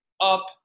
up